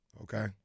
okay